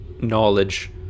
knowledge